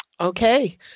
Okay